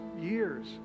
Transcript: years